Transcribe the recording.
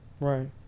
right